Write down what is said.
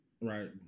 right